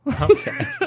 Okay